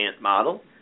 model